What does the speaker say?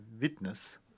witness